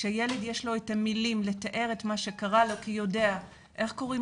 כשילד יש לו את המילים לתאר את מה שקרה לו כי הוא יודע איך קוראים